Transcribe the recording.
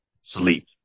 sleep